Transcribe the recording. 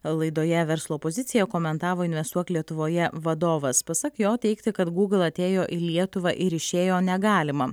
laidoje verslo pozicija komentavo investuok lietuvoje vadovas pasak jo teigti kad google atėjo į lietuvą ir išėjo negalima